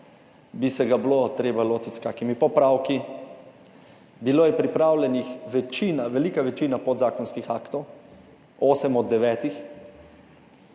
bi se ga bilo treba lotiti s kakšnimi popravki. Bilo je pripravljenih večina, velika večina podzakonskih aktov, osem od devetih.